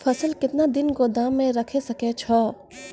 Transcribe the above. फसल केतना दिन गोदाम मे राखै सकै छौ?